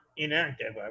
Inactive